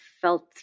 felt